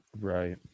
Right